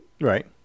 Right